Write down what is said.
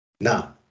Now